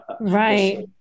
Right